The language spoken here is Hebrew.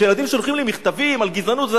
כשילדים שולחים לי מכתבים על גזענות וזה,